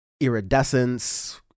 Iridescence